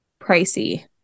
pricey